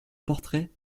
portrait